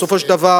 בסופו של דבר,